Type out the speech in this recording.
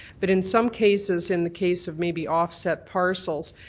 but in some cases, in the case of maybe offset parcels,